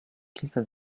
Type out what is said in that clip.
kilka